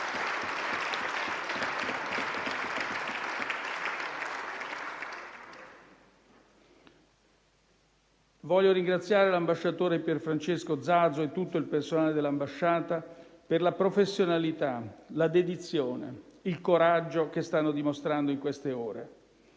Voglio ringraziare l'ambasciatore Pier Francesco Zazo e tutto il personale dell'ambasciata per la professionalità, la dedizione e il coraggio che stanno dimostrando in queste ore.